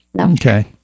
Okay